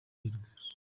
ihirwe